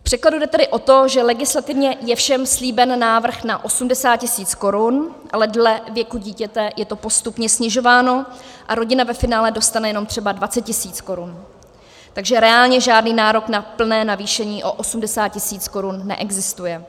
V překladu jde tedy o to, že legislativně je všem slíben návrh na 80 tisíc korun, ale dle věku dítěte je to postupně snižováno a rodina ve finále dostane jenom třeba 20 tisíc korun, takže reálně žádný nárok na plné navýšení o 80 tisíc korun neexistuje.